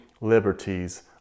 liberties